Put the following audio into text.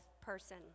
person